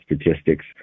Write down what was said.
statistics